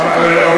אבל,